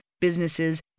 businesses